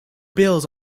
bills